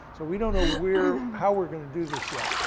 so we don't know where, how we're gonna do this yet.